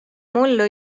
mullu